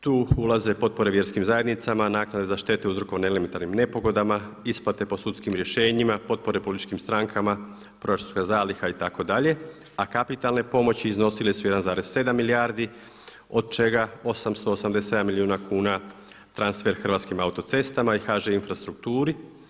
Tu ulaze potpore vjerskim zajednicama, naknade za štete uzrokovane elementarnim nepogodama, isplate po sudskim rješenjima, potpore političkim strankama, proračunska zalita itd. a kapitalne pomoći iznosile su 1,7 milijardi od čega 887 milijuna kuna transfer Hrvatskim autocestama i HŽ Infrastrukturi.